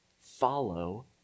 follow